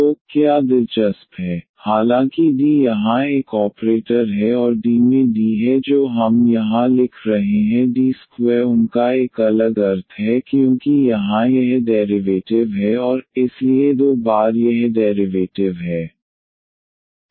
तो क्या दिलचस्प है हालांकि D यहां एक ऑपरेटर है और D में D है जो हम यहां लिख रहे हैं D2 उनका एक अलग अर्थ है क्योंकि यहां यह डेरिवेटिव है और फिर फिर डेरिवेटिव है इसलिए दो बार यह डेरिवेटिव है